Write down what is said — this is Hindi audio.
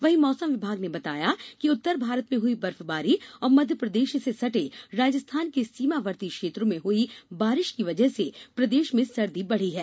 वहीं मौसम विभाग ने बताया है कि उत्तर भारत में हई बर्फबारी और मध्यप्रदेश से सटे राजस्थान के सीमावर्ती क्षत्रों में हई बारिश की वजह से प्रदेश में सर्दी बढ़ी है